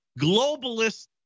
globalist